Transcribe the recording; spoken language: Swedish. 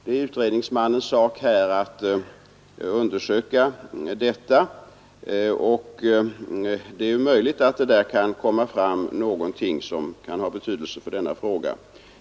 Det är utredningsmannens sak att undersöka detta, och det är möjligt att där kan komma fram någonting som har betydelse för denna fråga.